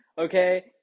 okay